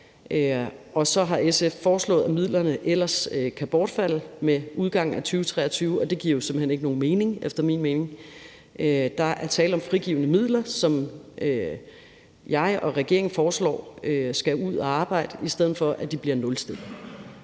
år. Så har SF foreslået, at midlerne ellers kan bortfalde med udgangen af 2023, og det giver jo efter min mening simpelt hen ikke nogen mening. Der er tale om frigivne midler, som jeg og regeringen foreslår skal ud at arbejde, i stedet for at de bliver nulstillet.